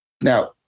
now